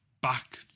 back